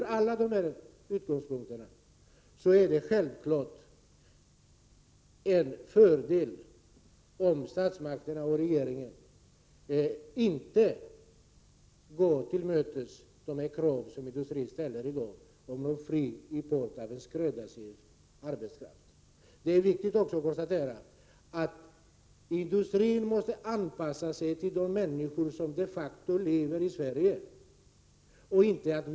Från alla dessa utgångspunkter är det självfallet en fördel om statsmakterna inte tillmötesgår de krav som industrin i dag ställer på en fri import av skräddarsydd arbetskraft. Sedan är det också viktigt att konstatera att industrin måste anpassa sig till de människor som de facto bor i Sverige.